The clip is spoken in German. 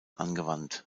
angewandt